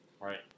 Right